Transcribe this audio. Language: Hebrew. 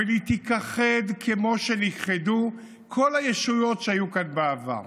אבל היא תיכחד כמו שנכחדו כל הישויות שהיו כאן בעבר.